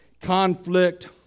conflict